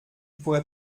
pourrais